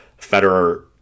Federer